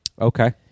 Okay